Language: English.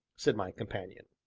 said my companion.